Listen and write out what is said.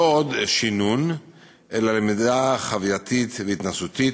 לא עוד שינון אלא למידה חווייתית והתנסותית,